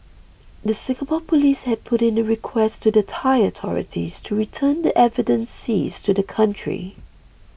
the Singapore police had put in a request to the Thai authorities to return the evidence seized to the country